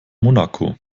monaco